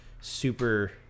super